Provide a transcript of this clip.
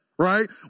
right